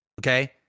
Okay